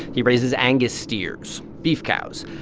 he raises angus steers beef cows.